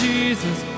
Jesus